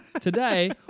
today